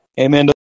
Amen